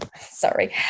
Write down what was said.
sorry